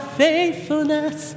faithfulness